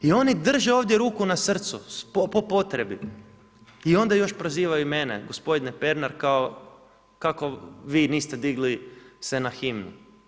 I oni drže ovdje ruku na srcu, po potrebi i onda još prozivaju mene, gospodine Pernar kao kako vi niste digli se na himnu.